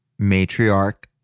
matriarch